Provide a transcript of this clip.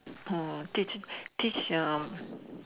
!wah! teach teach uh